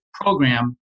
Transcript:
program